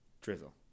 Drizzle